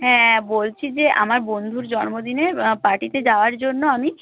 হ্যাঁ বলছি যে আমার বন্ধুর জন্মদিনে পার্টিতে যাওয়ার জন্য আমি